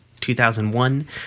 2001